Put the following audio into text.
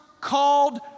called